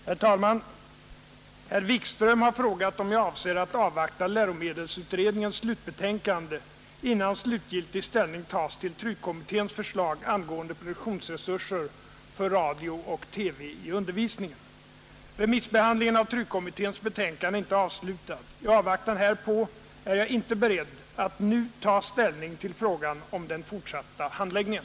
Herr talman! Herr Wikström har frågat mig om jag avser att avvakta läromedelsutredningens slutbetänkande innan slutgiltig ställning tas till TRU-kommitténs förslag angående produktionsresurser för radio och TV i undervisningen. Remissbehandlingen av TRU-kommitténs betänkande är inte avslutad. I avvaktan härpå är jag inte beredd att nu ta ställning till frågan om den fortsatta handläggningen.